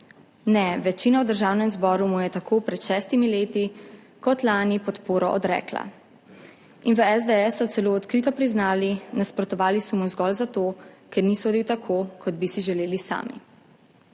Ne, večina v državnem zboru mu je tako pred šestimi leti kot lani podporo odrekla. In v SDS so celo odkrito priznali, nasprotovali so mu zgolj zato, ker ni sodil tako, kot bi si želeli sami.